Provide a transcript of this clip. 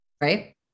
right